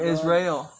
Israel